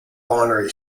binary